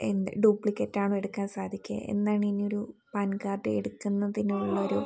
എന്ത് ഡൂപ്ലിക്കേറ്റാണോ എടുക്കാൻ സാധിക്കുക എന്നാണ് ഇനിയൊരു പാൻ കാർഡ് എടുക്കുന്നതിനുള്ളൊരു